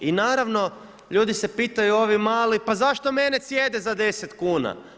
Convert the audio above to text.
I naravno, ljudi se pitaju, ovi mali, pa zašto mene cijede za 10 kuna?